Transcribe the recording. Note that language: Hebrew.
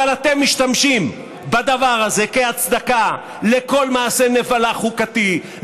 אבל אתם משתמשים בדבר הזה כהצדקה לכל מעשה נבלה חוקתי,